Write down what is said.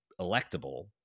electable